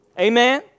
Amen